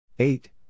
Eight